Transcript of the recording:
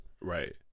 Right